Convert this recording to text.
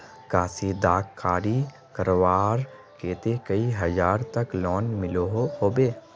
कशीदाकारी करवार केते कई हजार तक लोन मिलोहो होबे?